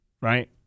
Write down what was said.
Right